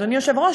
אדוני היושב-ראש,